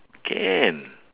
can